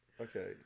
Okay